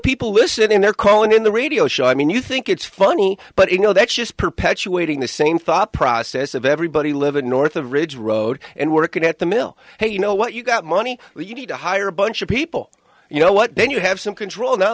people listening they're calling in the radio show i mean you think it's funny but you know that's just perpetuating the same thought process of everybody living north of ridge road and working at the mill hey you know what you got money you need to hire a bunch of people you know what then you have some control now